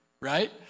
Right